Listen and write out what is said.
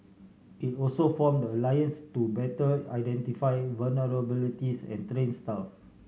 it also formed the alliance to better identify vulnerabilities and train staff